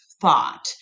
thought